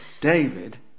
David